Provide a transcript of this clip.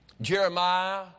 Jeremiah